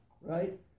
right